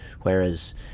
whereas